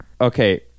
Okay